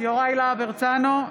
יוראי להב הרצנו,